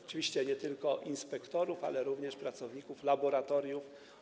Oczywiście nie chodzi tylko o inspektorów, ale również o pracowników laboratoriów.